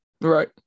right